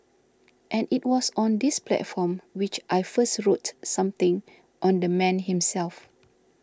and it was on this platform which I first wrote something on the man himself